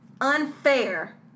unfair